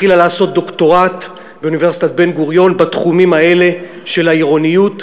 התחילה לעשות דוקטורט באוניברסיטת בן-גוריון בתחומים האלה של העירוניות.